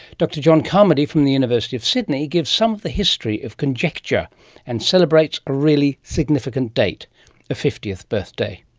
dr john carmody from the university of sydney gives some of the history of conjecture and celebrates a really significant date a fiftieth birthday.